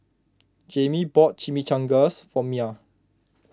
Jamey bought Chimichangas for Myah